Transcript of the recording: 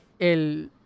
el